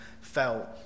felt